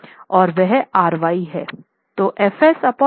और वह R y है